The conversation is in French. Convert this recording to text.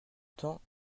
temps